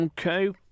Okay